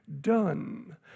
done